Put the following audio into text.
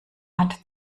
hat